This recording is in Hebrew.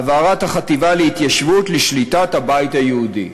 העברת החטיבה להתיישבות לשליטת הבית היהודי.